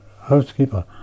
housekeeper